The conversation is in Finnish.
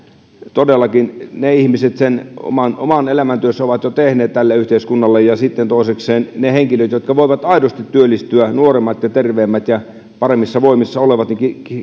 todellakin ne ihmiset oman oman elämäntyönsä ovat jo tehneet tälle yhteiskunnalle ja sitten toisekseen niihin henkilöihin jotka voivat aidosti työllistyä nuoremmat ja terveemmät ja paremmissa voimissa olevat